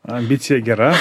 ambicija gera